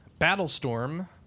Battlestorm